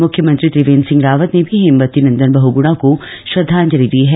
मुख्यमंत्री त्रिपेंद्र सिंह रावत ने भी हेमवती नंदन बहगुणा को श्रद्धांजलि दी है